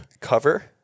Cover